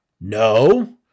No